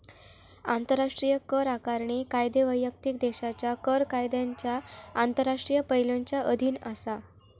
आंतराष्ट्रीय कर आकारणी कायदे वैयक्तिक देशाच्या कर कायद्यांच्या आंतरराष्ट्रीय पैलुंच्या अधीन असा